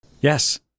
Yes